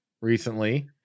recently